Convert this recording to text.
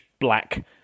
black